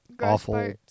awful